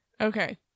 Okay